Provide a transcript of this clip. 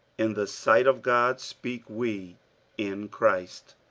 in the sight of god speak we in christ.